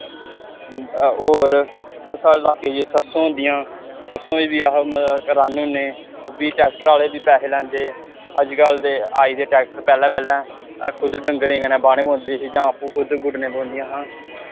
होर साढ़ै लाके च सरसों होंदियां सरसों गी बी अस राह्न्ने होन्ने ओह् बी ट्रैकटरै आह्ले बी पैसे लैंदे अजकल्ल ते आई दे ट्रैकटर पैह्लें पैह्लें खुद डंगरें कन्नै बाह्ने पौंदी ही जां आपूं खुद खुद गुड्डनियां पौंदियां हां